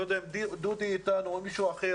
אני לא יודע אם דודי מזרחי איתנו או מישהו אחר,